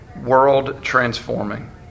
world-transforming